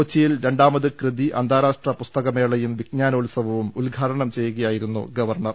കൊച്ചി യിൽ രണ്ടാമത് കൃതി അന്താരാഷ്ട്ര പുസ്തകമേളയും വിജ്ഞാനോത്സ വവും ഉദ്ഘാടനം ചെയ്യുകയായിരുന്നു ഗവർണർ